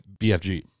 BFG